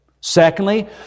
Secondly